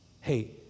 Hey